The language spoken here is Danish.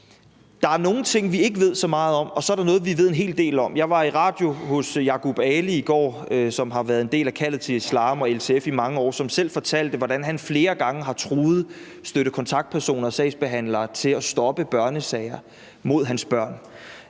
Der er nogle ting, vi ikke ved så meget om, og så er der noget, vi ved en hel del om. Jeg var i radioen hos Yaqoub Ali i går. Han har været en del af Kaldet til Islam og LTF i mange år, og han fortalte, hvordan han selv flere gange har truet støttekontaktpersoner og sagsbehandlere til at stoppe børnesager mod hans børn.